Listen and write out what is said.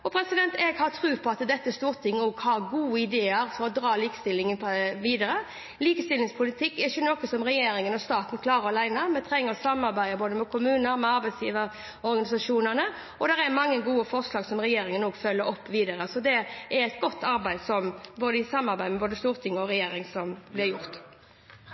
Jeg har tro på at dette stortinget har gode ideer for å ta likestillingen videre, men likestillingspolitikk er ikke noe som regjeringen og staten klarer alene. Vi trenger å samarbeide både med kommuner og med arbeidsgiverorganisasjonene, og det er også mange gode forslag som regjeringen følger opp videre. Det er et godt arbeid – i samarbeid med både storting og regjering – som blir gjort.